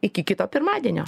iki kito pirmadienio